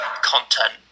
content